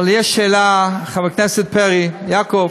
אבל יש שאלה, חבר הכנסת פרי יעקב,